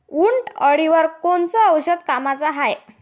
उंटअळीवर कोनचं औषध कामाचं हाये?